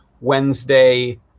Wednesday